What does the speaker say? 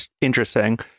interesting